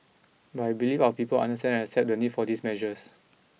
but I believe our people understand and accept the need for these measures